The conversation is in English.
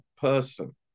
person